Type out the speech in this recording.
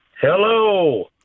Hello